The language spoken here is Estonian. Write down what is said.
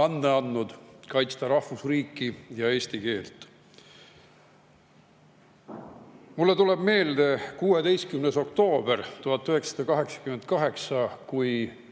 vande andnud kaitsta rahvusriiki ja eesti keelt! Mulle tuleb meelde 16. oktoober 1988.